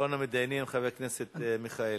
אחרון המתדיינים, חבר הכנסת מיכאלי.